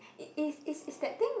is is is that thing